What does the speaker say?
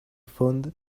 funded